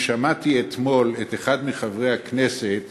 אני שמעתי אתמול אחד מחברי הכנסת